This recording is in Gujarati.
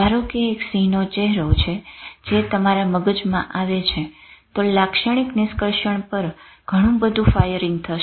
ધારો કે એક સિંહનો ચેહરો છે જે તમારા માથા પર આવે છે તો લાક્ષણિક નિષ્કર્ષણ પર ઘણું બધું ફાયરીંગ થશે